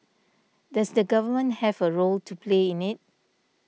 does the government have a role to play in it